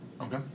Okay